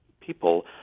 people